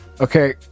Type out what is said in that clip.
Okay